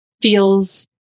feels